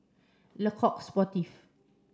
Le Coq Sportif